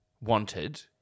wanted